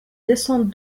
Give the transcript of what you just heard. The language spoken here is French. descentes